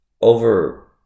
over